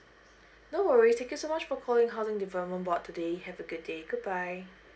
no worries thank you so much for calling housing development board today have a good day goodbye